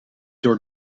door